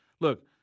Look